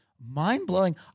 mind-blowing